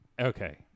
Okay